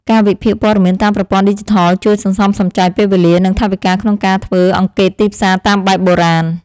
ការវិភាគព័ត៌មានតាមប្រព័ន្ធឌីជីថលជួយសន្សំសំចៃពេលវេលា និងថវិកាក្នុងការធ្វើអង្កេតទីផ្សារតាមបែបបុរាណ។